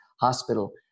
Hospital